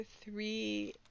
three